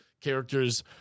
characters